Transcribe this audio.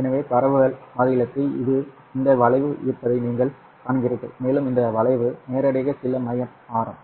எனவே பரவல் மாறிலிக்கு இந்த வளைவு இருப்பதை நீங்கள் காண்கிறீர்கள் மேலும் இந்த வளைவு நேரடியாக சில மைய ஆரம்